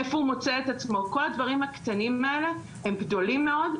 איפה הוא מוצא את עצמו כל הדברים הקטנים האלה הם גדולים מאוד,